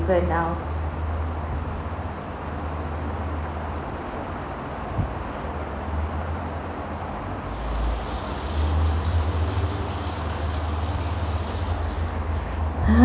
different now